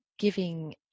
giving